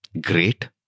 great